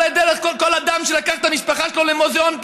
כל אדם שלקח את המשפחה שלו למוזיאון,